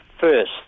first